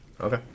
Okay